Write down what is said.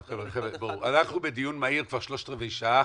אנחנו בדיון מהיר כבר שלושת רבעי שעה,